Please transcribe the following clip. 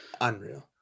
Unreal